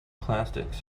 plastics